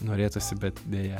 norėtųsi bet deja